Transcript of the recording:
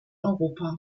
europa